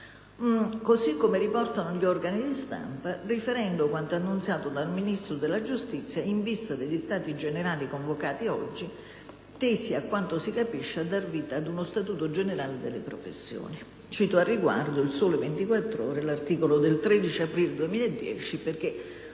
così come riportano gli organi di stampa riferendo quanto annunziato dal Ministro della giustizia in vista degli stati generali convocati oggi, tesi, a quanto si capisce, a dare vita ad uno statuto generale delle professioni (cito al riguardo l'articolo del 13 aprile 2010 de